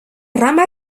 rama